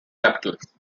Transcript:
capitals